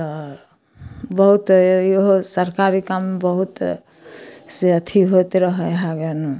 तऽ बहुत ए इहो सरकारी काम बहुत से अथी होइत रहै हइ गन